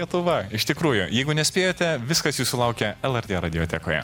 lietuva iš tikrųjų jeigu nespėjote viskas jūsų laukia lrt radiotekoje